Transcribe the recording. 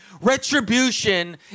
Retribution